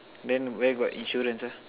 then where got insurance ah